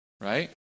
right